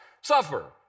suffer